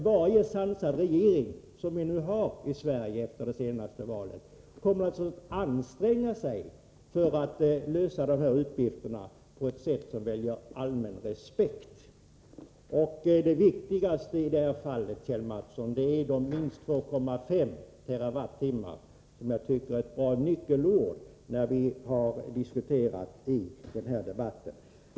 Varje sansad regering — och en sådan har vi i Sverige efter det senaste valet — kommer att anstränga sig att lösa de här uppgifterna på ett sätt som inger allmän respekt. Det viktigaste i det här fallet, Kjell Mattsson, är minst 2,5 TWh, vilket jag tycker är ett bra nyckelord för vad vi diskuterar i den här debatten.